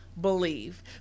believe